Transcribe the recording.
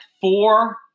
four